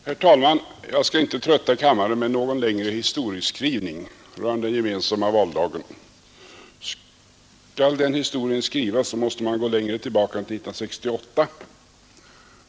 Herr talman! Jag skall inte trötta kammaren med någon längre historieskrivning rörande den gemensamma valdagen. Skall den historien skrivas måste man gå längre tillbaka än till 1968.